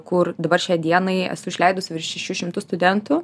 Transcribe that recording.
kur dabar šiai dienai esu išleidusi virš šešių šimtų studentų